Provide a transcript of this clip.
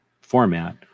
format